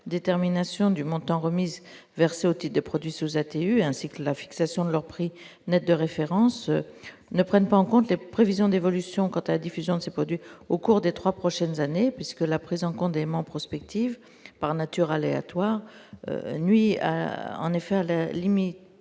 détermination du montant remise au type de produits TU ainsi que la fixation de leurs prix de référence ne prennent pas en compte les prévisions d'évolution quant à la diffusion de ces produits au cours des 3 prochaines années puisque la présent qu'on dément prospective par nature aléatoire nuit en effet, à la limite,